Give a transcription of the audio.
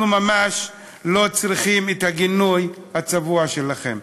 אנחנו ממש לא צריכים את הגינוי הצבוע שלכם.